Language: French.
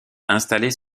installées